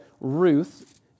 Ruth